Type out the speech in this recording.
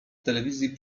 telewizji